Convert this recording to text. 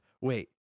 wait